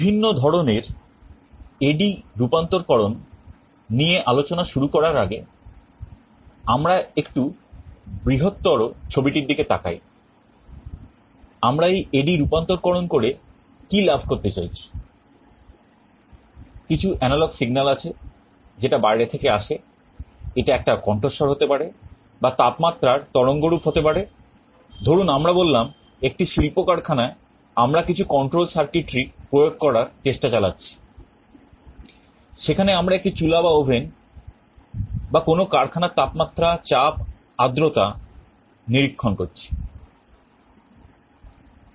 বিভিন্ন ধরনের AD রূপান্তরকরণ বা কোন কারখানার তাপমাত্রাচাপ আর্দ্রতা নিরীক্ষণ করছি